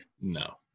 No